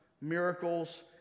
miracles